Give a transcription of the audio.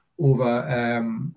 over